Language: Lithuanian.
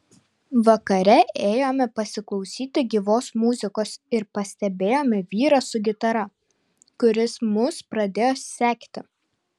vakare ėjome pasiklausyti gyvos muzikos ir pastebėjome vyrą su gitara kuris mus pradėjo sekti